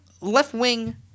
left-wing